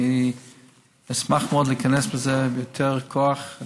אשמח מאוד להיכנס לזה ביותר כוח.